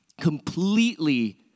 completely